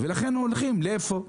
לכן הם הולכים, לאיפה?